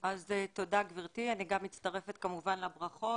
תודה גברתי, אני גם מצטרפת כמובן לברכות.